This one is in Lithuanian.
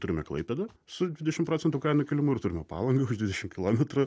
turime klaipėdą su dvidešim procentų kainų kilimu ir turime palangą už dvidešim kilometrų